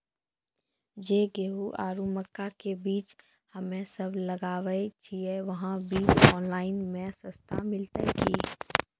जे गेहूँ आरु मक्का के बीज हमे सब लगावे छिये वहा बीज ऑनलाइन मे सस्ता मिलते की?